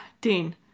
Dean